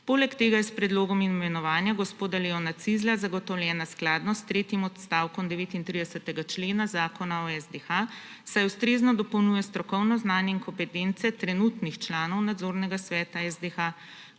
Poleg tega je s predlogom imenovanja gospoda Leona Cizlja zagotovljena skladnost s tretjim odstavkom 39. člena Zakona o SDH, saj ustrezno dopolnjuje strokovno znanje in kompetence trenutnih članov nadzornega sveta SDH,